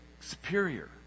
Superior